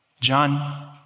John